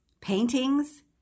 paintings